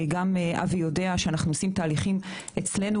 גם אבי יודע שאנחנו עושים תהליכים אצלנו.